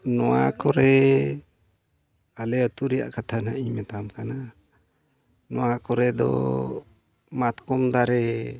ᱱᱚᱣᱟ ᱠᱚᱨᱮᱜ ᱟᱞᱮ ᱟᱹᱛᱩ ᱨᱮᱭᱟᱜ ᱠᱟᱛᱷᱟ ᱱᱟᱦᱟᱜ ᱤᱧ ᱢᱮᱛᱟᱢ ᱠᱟᱱᱟ ᱱᱚᱣᱟ ᱠᱚᱨᱮ ᱫᱚ ᱢᱟᱛᱠᱚᱢ ᱫᱟᱨᱮ